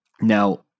Now